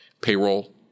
payroll